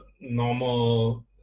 normal